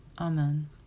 Amen